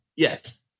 Yes